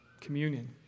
communion